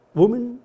woman